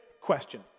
question